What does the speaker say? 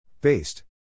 Based